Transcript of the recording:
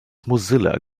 mozilla